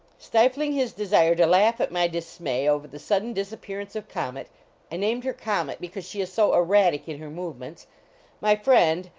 stifling his desire to laugh at my dismay over the sudden disappearence of comet i named her comet because she is so erratic in her movements my friend,